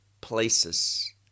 places